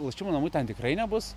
lošimo namų ten tikrai nebus